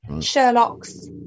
Sherlock's